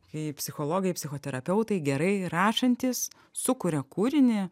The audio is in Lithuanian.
kai psichologai psichoterapeutai gerai rašantys sukuria kūrinį